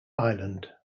island